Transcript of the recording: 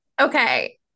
Okay